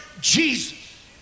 Jesus